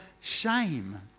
shame